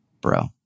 Bro